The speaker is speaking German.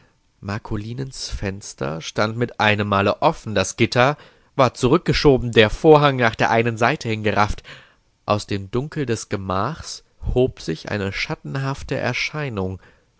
marcolinens fenster stand mit einemmal offen das gitter war zurückgeschoben der vorhang nach der einen seite hin gerafft aus dem dunkel des gemachs hob sich eine schattenhafte erscheinung